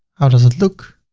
how does it look?